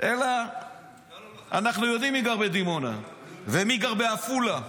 אלא אנחנו יודעים מי גר בדימונה ומי גר בעפולה.